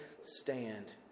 stand